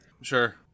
Sure